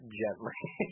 gently